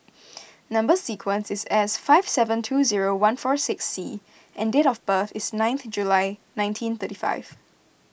Number Sequence is S five seven two zero one four six C and date of birth is ninth July nineteen thirty five